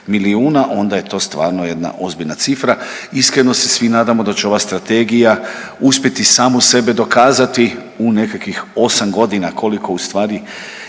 onda je to stvarno jedna ozbiljna cifra. Iskreno se svi nadamo da će ova strategija uspjeti samoj sebi dokazati u nekakvih osam godina koliko u stvari